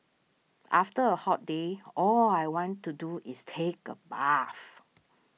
after a hot day all I want to do is take a bath